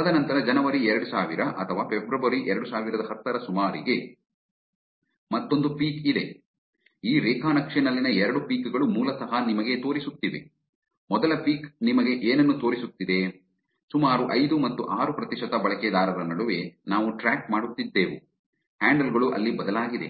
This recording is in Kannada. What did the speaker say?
ತದನಂತರ ಜನವರಿ 2000 ಅಥವಾ ಫೆಬ್ರವರಿ 2010 ರ ಸುಮಾರಿಗೆ ಮತ್ತೊಂದು ಪೀಕ್ ಇದೆ ಈ ರೇಖಾ ನಕ್ಷೆನಲ್ಲಿನ ಎರಡು ಪೀಕ್ ಗಳು ಮೂಲತಃ ನಿಮಗೆ ತೋರಿಸುತ್ತಿವೆ ಮೊದಲ ಪೀಕ್ ನಿಮಗೆ ಏನನ್ನು ತೋರಿಸುತ್ತಿದೆ ಸುಮಾರು ಐದು ಮತ್ತು ಆರು ಪ್ರತಿಶತ ಬಳಕೆದಾರರ ನಡುವೆ ನಾವು ಟ್ರ್ಯಾಕ್ ಮಾಡುತ್ತಿದ್ದೆವು ಹ್ಯಾಂಡಲ್ ಗಳು ಅಲ್ಲಿ ಬದಲಾಗಿದೆ